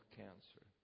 cancer